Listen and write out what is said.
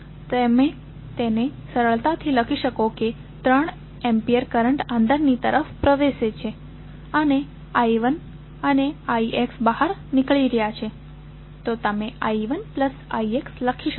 તમે તેને સરળતાથી લખી શકો છો કે 3 એમ્પીયર કરંટ અંદર ની તરફ પ્રેવેશે છે અને I1 અને ix બહાર નીકળી રહ્યા છે તો તમે I1ix લખી શકશો